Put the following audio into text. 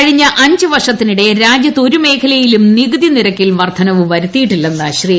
കഴിഞ്ഞ അഞ്ച് വർഷത്തിനിടെ രാജ്യത്ത് ഒരു മേഖലയിലും നികുതി നിരക്കിൽ വർദ്ധനവ് വരുത്തിയിട്ടില്ലെന്ന് ശ്രീ